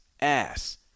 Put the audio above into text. ass